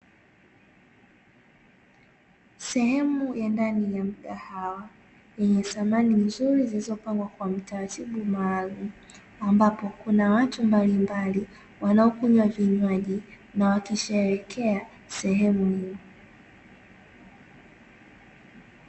Sehemu ya ndani ya mgahawa yenye samani nzuri zilizopangwa kwa utaratibu maalumu ambapo kuna watu mbalimbali wanaokunywa vinywaji na wanaosherehekea sehemu hiyo.